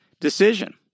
decision